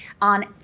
on